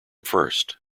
first